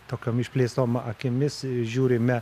tokiom išplėstom akimis žiūrime